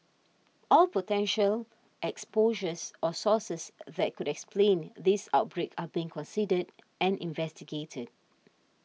all potential exposures or sources that could explain this outbreak are being considered and investigated